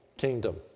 kingdom